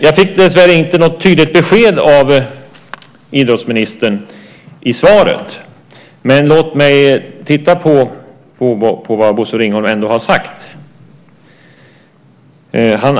Jag fick dessvärre inte något tydligt besked av idrottsministern i svaret. Men låt mig titta på vad Bosse Ringholm ändå har sagt.